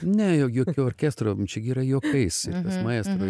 ne jokio orkestro čia yra juokais maestro